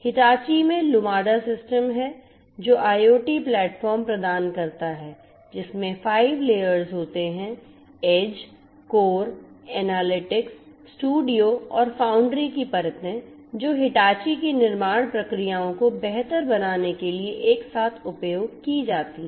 Hitachi में Lumada system है जो IoT प्लेटफॉर्म प्रदान करता है जिसमें 5 लेयर्स होते हैं एज कोर एनालिटिक्स स्टूडियो और फाउंड्री की परतें जो हिटाची की निर्माण प्रक्रियाओं को बेहतर बनाने के लिए एक साथ उपयोग की जाती हैं